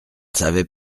savais